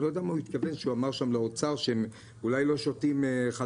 אני לא יודע מה הוא התכוון כשהוא אמר שם לאוצר שהם אולי לא שותים חלב.